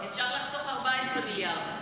אפשר לחסוך 14 מיליארד.